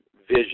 vision